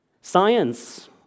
Science